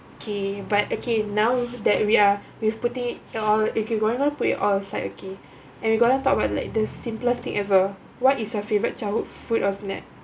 K but okay now that we are we putting all if you gonna put your all aside okay and we gonna talk about like the simplest thing ever what is your favourite childhood food or snack